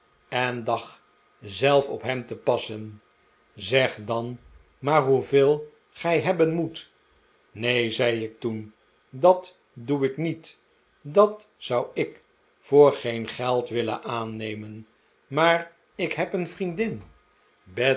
en dag zelf op hem te passen zeg dan maar hoeveel gij hebben moet neen zei ik toen dat doe ik niet dat zou ik voor geen geld willen aannemen maar ik heb een vriendin